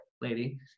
lady